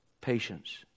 patience